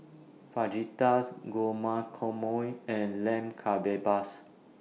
Fajitas Guacamole and Lamb Kebabs